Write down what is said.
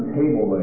table